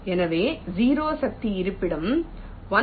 எனவே 0 சக்தி இருப்பிடம் 1